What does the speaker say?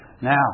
Now